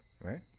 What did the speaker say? right